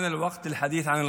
הגיע הזמן לשיח על המחר.